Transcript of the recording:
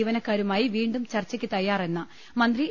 ജീവനക്കാ രുമായി വീണ്ടും ചർച്ചയ്ക്ക് തയ്യാറെന്ന് മന്ത്രി എ